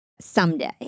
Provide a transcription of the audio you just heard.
someday